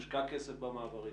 הושקע כסף במעברים.